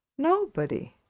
nobody.